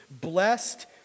blessed